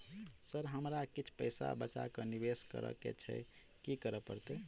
Sir हमरा किछ पैसा बचा कऽ निवेश करऽ केँ छैय की करऽ परतै?